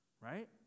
right